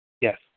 Yes